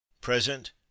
Present